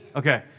okay